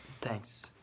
Thanks